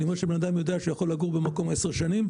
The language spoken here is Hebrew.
אני מתכוון לזה שאדם יודע שהוא יכול לגור במקום עשר שנים.